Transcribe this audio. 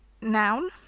noun